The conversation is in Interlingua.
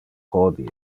hodie